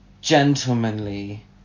gentlemanly